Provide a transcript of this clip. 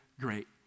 great